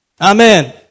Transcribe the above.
Amen